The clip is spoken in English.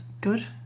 good